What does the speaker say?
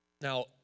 Now